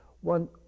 one